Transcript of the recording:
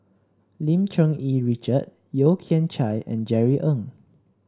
Lim Cherng Yih Richard Yeo Kian Chye and Jerry Ng